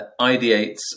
ideates